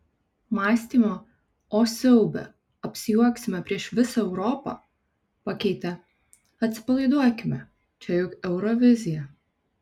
mąstymą o siaube apsijuoksime prieš visą europą pakeitė atsipalaiduokime čia juk eurovizija